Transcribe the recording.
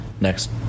next